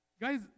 Guys